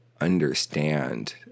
understand